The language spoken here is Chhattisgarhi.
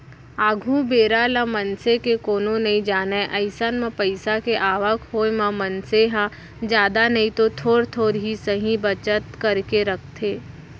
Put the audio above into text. आघु बेरा ल मनसे के कोनो नइ जानय अइसन म पइसा के आवक होय म मनसे ह जादा नइतो थोर थोर ही सही बचत करके रखथे